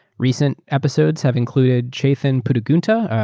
recent episodes have included chetan puttagunta,